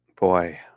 boy